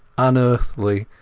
unearthly,